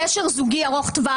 קשר זוגי ארוך טווח.